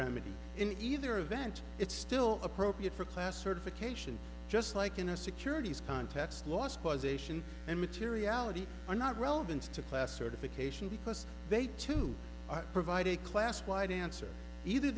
remedy in either event it's still appropriate for class certification just like in a securities contest last causation and materiality are not relevant to class certification because they to provide a class wide answer either